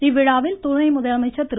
இவ்விழாவில் துணை முதலமைச்சர் திரு